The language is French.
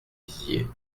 dizier